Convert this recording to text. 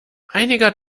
einiger